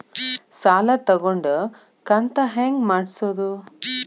ಸಾಲ ತಗೊಂಡು ಕಂತ ಹೆಂಗ್ ಮಾಡ್ಸೋದು?